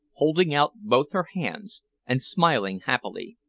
holding out both her hands and smiling happily.